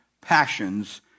passions